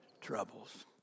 troubles